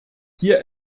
hier